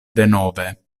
denove